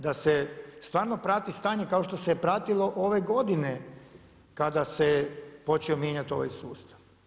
Da se stvarno prati stanje, kao što se je pratilo ove godine, kada se počeo mijenjati ovaj sustav.